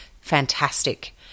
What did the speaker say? fantastic